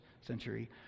century